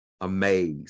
amazed